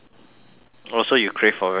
oh so you crave for vegetables